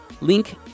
Link